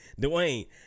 Dwayne